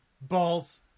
Balls